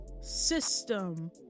system